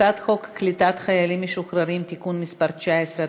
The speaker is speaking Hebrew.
הצעת חוק קליטת חיילים משוחררים (תיקון מס' 19),